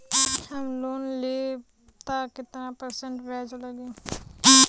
हम लोन लेब त कितना परसेंट ब्याज लागी?